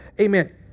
Amen